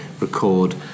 record